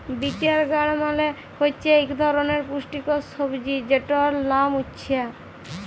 bitter গাড় মালে হছে ইক ধরলের পুষ্টিকর সবজি যেটর লাম উছ্যা